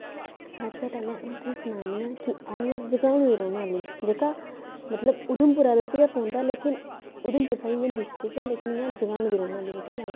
सब तों पैह्लें अ'ऊं तुसेंगी सनान्नी आँ कि अ'ऊं आं जगानू दी रौह्ने आह्ली जेह्का मतलब उधमपुरै बिच गै पौंदा लेकिन उधमपुर साहीं गै डिस्टिक ऐ पर इ'यां जगानू दी रौह्ने आह्ली आं ठीक ऐ